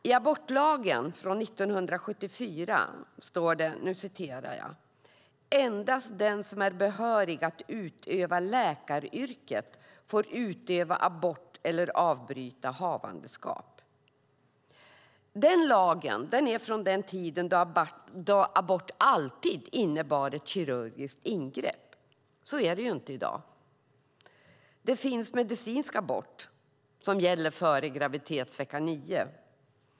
I abortlagen från 1974 står det: Endast den som är behörig att utöva läkaryrket får utföra abort eller avbryta havandeskap. Denna lag är från den tid då abort alltid innebar ett kirurgiskt ingrepp. Så är det inte i dag. Det finns medicinsk abort som gäller före graviditetsvecka nio.